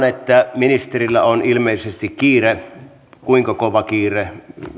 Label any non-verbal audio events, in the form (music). (unintelligible) että ministerillä on ilmeisesti kiire kuinka kova kiire